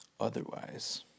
Otherwise